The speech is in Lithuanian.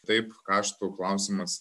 taip karštų klausimas